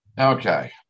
Okay